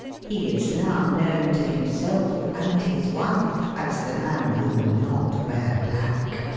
he is now known to himself and to his wife as the man who will not wear black.